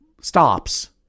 stops